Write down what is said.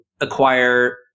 acquire